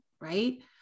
right